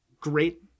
great